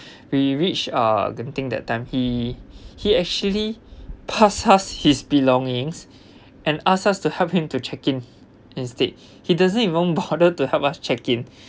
we reached uh genting that time he he actually pass us his belongings and asked us to help him to check in instead he doesn't even bother to help us check in